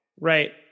Right